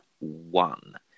one